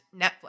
Netflix